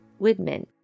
Widman